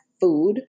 food